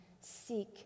Seek